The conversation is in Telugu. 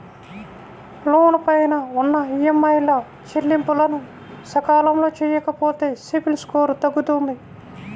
లోను పైన ఉన్న ఈఎంఐల చెల్లింపులను సకాలంలో చెయ్యకపోతే సిబిల్ స్కోరు తగ్గుతుంది